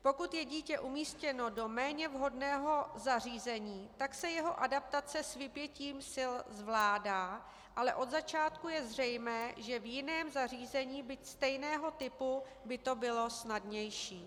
Pokud je dítě umístěno do méně vhodného zařízení, tak se jeho adaptace s vypětím sil zvládá, ale od začátku je zřejmé, že v jiném zařízení, byť stejného typu, by to bylo snadnější.